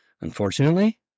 Unfortunately